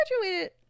graduated